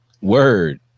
Word